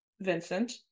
Vincent